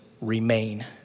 remain